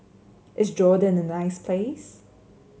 is Jordan a nice place